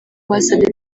basabye